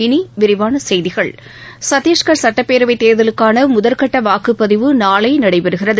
இனி விரிவான செய்திகள் சத்திஷ்கள் சட்டப்பேரவைத் தோதலுக்கான முதற்கட்ட வாக்குப்பதிவு நாளை நடைபெறுகிறது